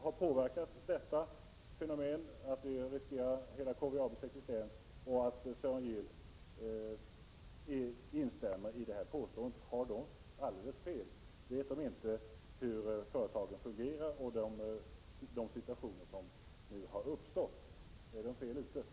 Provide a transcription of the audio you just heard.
Avser statsrådet att vidta några åtgärder med anledning av det regionalpolitiska rådets låga aktivitet?